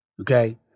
okay